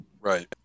Right